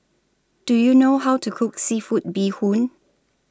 Do YOU know How to Cook Seafood Bee Hoon